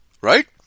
right